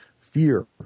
fear